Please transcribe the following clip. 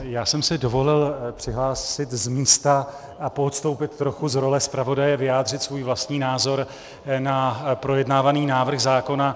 Já jsem si dovolil přihlásit z místa a poodstoupit trochu z role zpravodaje vyjádřit svůj vlastní názor na projednávaný návrh zákona.